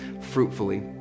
fruitfully